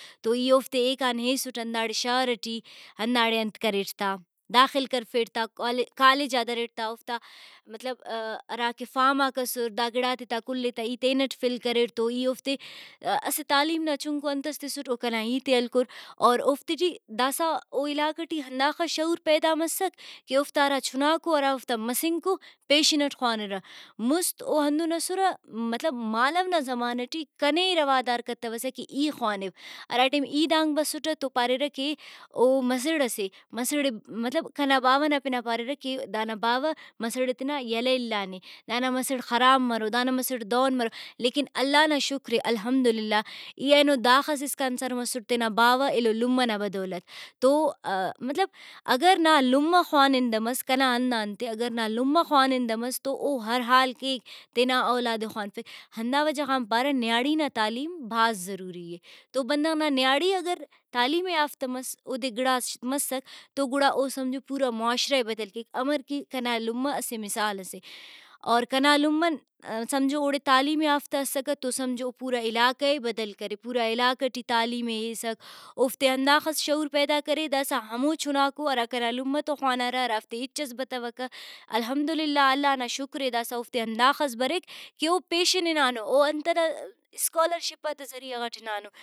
تو اوفتے ایکان ایسُٹ ہنداڑے شار ئٹی ہنداڑے انت کریٹ تا داخل کرفیٹ تا کالج تا دریٹ تا اوفتا مطلب ہراکہ فارماک اسر دا گڑاتے تا کل ئے تا ای تینٹ فل کریٹ تو ای اوفتےاسہ تعلیم نا چنکو انتس تسٹ او کنا ہیتے ہلکر اور اوفتے ٹی داسہ او علاقہ ٹی ہنداخہ شعور پیدا مسک کہ اوفتا ہرا چُھناکو ہرا اوفتا مسنکو پیشن اٹ خوانرہ۔ مُست او ہندن اسرہ مطلب مالو نا زمانہ ٹی کنے روادار کتوسہ کہ ای خوانو۔ ہراٹیم ای دانگ بسٹہ تو پاریرہ کہ او مسڑ ئسے مسڑ ئے مطلب کنا باوہ نا پنا پاریرہ کہ دانا باوہ مسڑے تینا یلہ اِلانے دانا مسڑ خراب مرو دا نا مسڑ دہن مرو لیکن اللہ نا شکرے الحمد للہ ای اینو داخس اسکان سر مسٹ تینا باوہ ایلو لمہ نا بدولت۔ تو مطلب اگر نا لمہ خوانندہ مس کنا ہنداانتے اگر نا لمہ خوانندہ مس تو او ہر حال کہ تینا اولاد ئے خوانفک ہندا وجہ غان پارہ نیاڑی نا تعلیم بھاز ضروری اے۔ تو بندغ نا نیاڑی اگر تعلیم یافتہ مس اودے گڑاس مسک تو گڑاس او سمجھہ پورا معاشرہ ئے بدل کیک ہمر کہ کنا لمہ اسہ مثال سے۔ اورکنا لمہ سمجھو اوڑے تعلیم یافتہ اسکہ تو سمجھو پورا علاقہ ئے بدل کرے پورا علاقہ ٹی تعلیم ئے ایسک اوفتے ہنداخس شعور پیدا کرے داسہ ہمو چُھناکو ہرا کنا لمہ تو خوانارہ ہرافتے ہچس بتوکہ الحمد للہ اللہ نا شکرے داسہ اوفتے ہنداخس بریک کہ او پیشن ہنانو او انت ئنا اسکالر شپاتا ذریعہ غٹ ہنانو